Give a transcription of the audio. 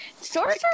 Sorcerer